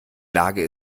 lage